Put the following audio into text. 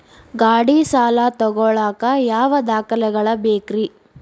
ಗಾಡಿ ಸಾಲ ತಗೋಳಾಕ ಯಾವ ದಾಖಲೆಗಳ ಬೇಕ್ರಿ?